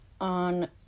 on